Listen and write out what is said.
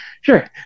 sure